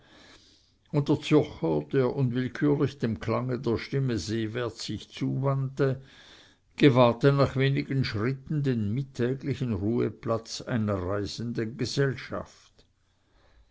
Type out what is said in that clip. der unwillkürlich dem klange der stimme seewärts sich zuwandte gewahrte nach wenigen schritten den mittäglichen ruheplatz einer reisenden gesellschaft